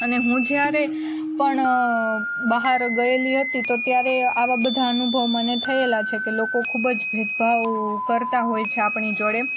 અને હું જ્યારે પણ બહાર ગયેલી હતી તો ત્યારે આવાં બધાં અનુભવ મને થયેલાં છે કે લોકો ખૂબ જ ભેદભાવ કરતાં હોય છે આપણી જોડે